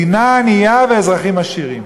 מדינה ענייה ואזרחים עשירים.